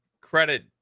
credit